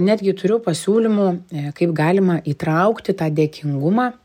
netgi turiu pasiūlymų kaip galima įtraukti tą dėkingumą